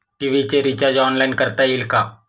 TV चे recharge online करता येईल का?